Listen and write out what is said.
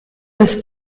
ins